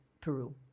Peru